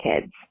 kids